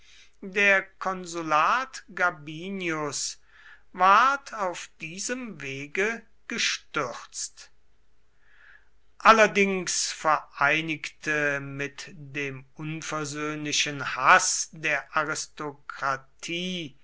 der konsulat gabinius ward auf diesem wege gestürzt allerdings vereinigte mit dem unversöhnlichen haß der